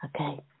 Okay